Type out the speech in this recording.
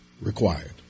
required